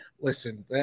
listen